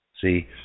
See